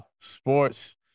sports